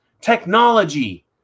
technology